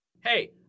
hey